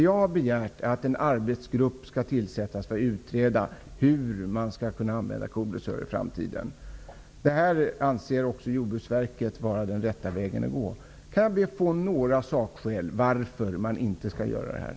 Jag har begärt att en arbetsgrupp skall tillsättas för att utreda hur man skall kunna använda kodressörer i framtiden. Det anser också Jordbruksverket vara den rätta vägen att gå. Kan vi få några sakskäl till varför man inte skall göra detta?